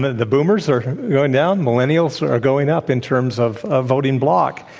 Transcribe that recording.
the boomers are going down, millennials are going up in terms of ah voting block.